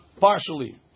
partially